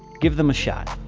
give them a shot!